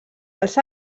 els